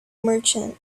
merchant